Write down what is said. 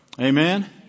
Amen